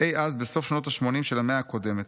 אי אז בסוף שנות השמונים של המאה הקודמת.